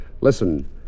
Listen